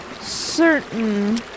certain